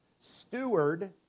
steward